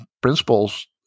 principles